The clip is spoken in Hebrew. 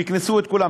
תקנסו את כולם.